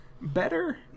better